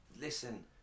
listen